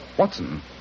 Watson